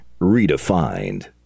redefined